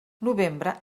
novembre